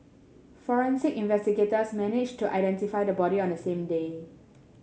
forensic investigators managed to identify the body on the same day